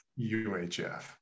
UHF